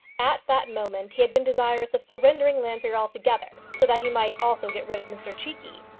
at that moment he had been desirous of surrendering llanfeare altogether, so that he might also get rid of mr cheekey.